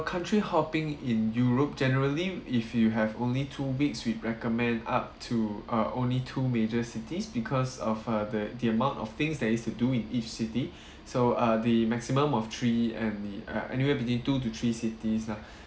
country-hopping in europe generally if you have only two weeks we'd recommend up to uh only two major cities because of uh the the amount of things there is to do in each city so uh the maximum of three and the uh anywhere between two to three cities lah